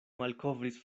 malkovris